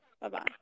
bye-bye